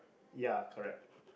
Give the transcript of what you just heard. ya correct